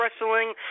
wrestling